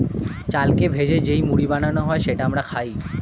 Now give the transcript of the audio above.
চালকে ভেজে যেই মুড়ি বানানো হয় সেটা আমরা খাই